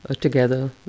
together